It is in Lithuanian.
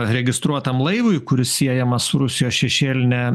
registruotam laivui kuris siejamas su rusijos šešėline